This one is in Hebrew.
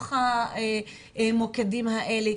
בתוך המוקדים האלה,